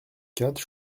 quatre